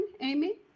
Amy